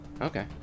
okay